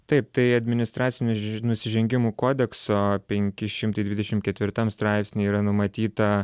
taip tai administracinių nusiž nusižengimų kodekso penki šimtai dvidešim ketvirtam straipsny yra numatyta